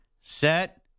Set